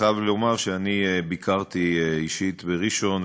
אני חייב לומר שביקרתי אישית בראשון,